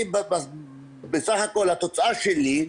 בסך הכול התוצאה שלי,